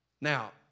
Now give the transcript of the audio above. Now